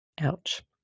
Ouch